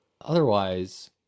otherwise